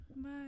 Bye